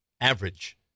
average